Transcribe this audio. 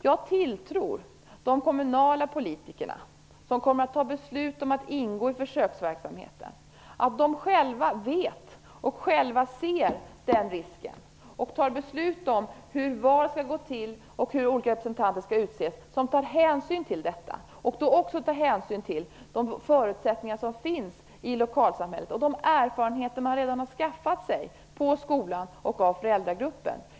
Jag hyser tilltro till de kommunala politikerna som kommer att fatta beslut om att man skall ingå i försöksverksamheten. De är nog själva medvetna om och ser den risken och fattar beslut om hur det hela skall gå till och hur olika representanter skall utses. De tar säkert hänsyn till detta, till de förutsättningar som finns i lokalsamhället och till de erfarenheter som man redan har skaffat sig på skolan och inom föräldragruppen.